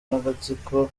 n’agatsiko